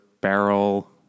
barrel